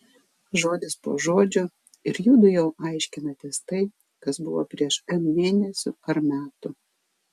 žodis po žodžio ir judu jau aiškinatės tai kas buvo prieš n mėnesių ar metų